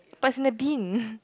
but it's in the bin